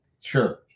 Sure